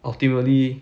ultimately